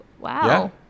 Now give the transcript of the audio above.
wow